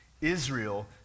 Israel